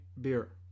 beer